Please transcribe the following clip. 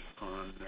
on